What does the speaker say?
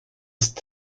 ist